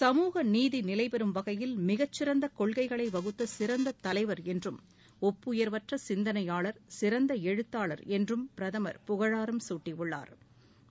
சமூக நீதி நிலைபெறும் வகையில் மிகச்சிறந்த கொள்கலககளை வகுத்த சிறந்த தலைவர் என்றும் ஒப்புயா்வற்ற சிந்தனையாளா் சிறந்த எழுத்தாளா் என்றும் பிரதமா் புகழாரம் சூட்டியுள்ளாா்